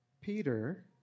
Peter